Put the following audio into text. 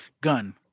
gun